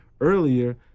earlier